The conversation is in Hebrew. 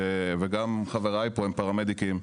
וגם חבריי פה הם פרמדיקים,